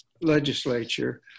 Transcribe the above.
legislature